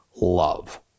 love